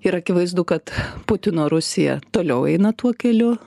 ir akivaizdu kad putino rusija toliau eina tuo keliu